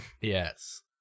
Yes